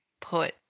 put